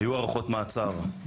היו הארכות מעצר.